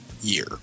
year